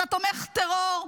אתה תומך טרור,